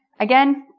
again,